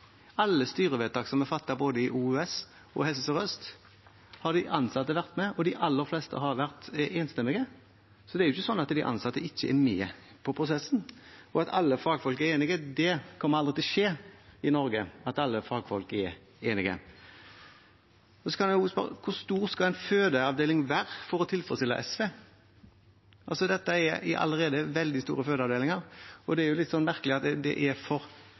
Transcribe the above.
Alle styrevedtak som er fattet både i OUS og i Helse Sør-Øst, har de ansatte vært med på, og de aller fleste vedtak har vært enstemmig, så det er ikke sånn at de ansatte ikke er med på prosessen. Og at alle fagfolk er enige, kommer aldri til å skje i Norge. Så kan en også spørre: Hvor stor skal en fødeavdeling være for å tilfredsstille SV? Dette er allerede veldig store fødeavdelinger. Det er litt merkelig at det er